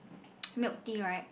milk tea right